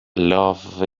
love